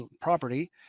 property